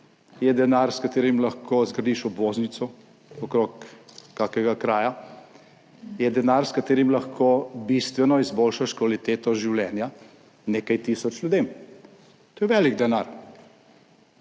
je denar s katerim lahko zgradiš obvoznico okrog kakega kraja, je denar, s katerim lahko bistveno izboljšaš kvaliteto življenja nekaj tisoč ljudem. To je velik denar,